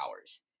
hours